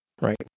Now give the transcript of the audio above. right